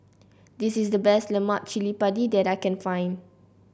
this is the best Lemak Cili Padi that I can find